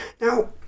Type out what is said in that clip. Now